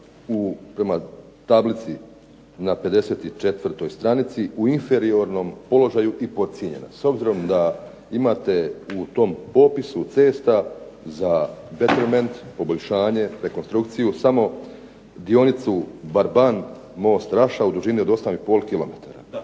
prema tablici na 54. stranici u inferiornom položaju i podcijenjena s obzirom da imate u tom popisu cesta za Betterment, poboljšanje, rekonstrukciju samo dionicu Barban-most Raša u dužini od 8,5 km. Vi